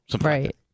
Right